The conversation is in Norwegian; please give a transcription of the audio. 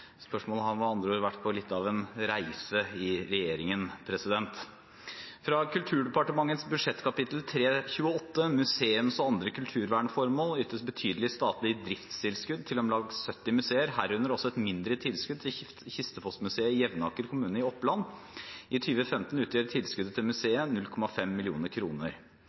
Spørsmålet har med andre ord vært på litt av en reise i regjeringen. Fra Kulturdepartementets budsjettkapittel 328, Museums- og andre kulturvernformål, ytes betydelig statlig driftstilskudd til om lag 70 museer, herunder også et mindre tilskudd til Kistefos-Museet i Jevnaker kommune i Oppland. I 2015 utgjør tilskuddet til museet 0,5